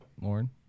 Lauren